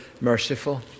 merciful